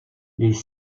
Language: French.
les